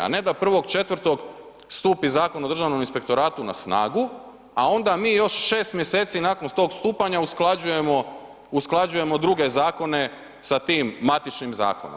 A ne da 1.4. stupi Zakon o Državnom inspektoratu na snagu, a onda mi još 6 mjeseci nakon tog stupanja usklađujemo druge zakone sa tim matičnim zakonom.